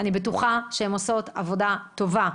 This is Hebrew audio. אני בטוחה שהן עושות עבודה טובה.